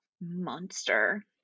monster